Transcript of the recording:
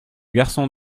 garçon